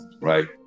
right